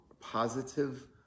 positive